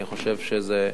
אני חושב שזה יצליח.